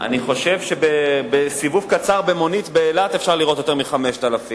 אני חושב שבסיבוב קצר במונית באילת אפשר לראות יותר מ-5,000,